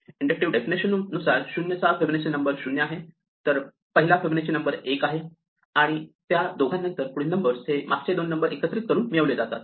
inductive definition नुसार 0th Fibonacci numbers 0 आहे पहिला फिबोनाची नंबर्स 1 आहे आणि त्या दोघा नंतर पुढील नंबर्स हे मागचे दोन नंबर एकत्रित करून मिळविले जातात